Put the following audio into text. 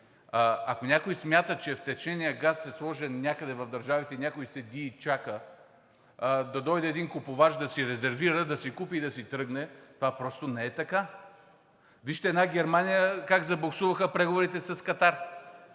ако някой смята, че втечненият газ е сложен някъде в държавите, някой седи и чака да дойде един купувач да си резервира, да си купи и да си тръгне, това просто не е така. Вижте една Германия – как забуксуваха преговорите с Катар.